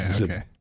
okay